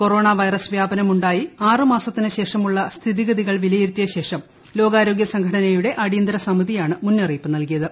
corona virus വ്യാപനമുണ്ടായി ആറുമാസത്തിനുശേഷമുള്ളിു സ്ഥിതിഗതികൾ വിലയിരുത്തിയ ശേഷം ലോകാരോഗ്യ ഉസ്ക്ലടനയുടെ അടിയന്തര സമിതിയാണ് മുന്നറിയിപ്പ് നൽകിയ്ത്